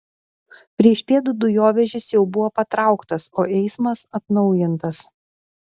priešpiet dujovežis jau buvo patrauktas o eismas atnaujintas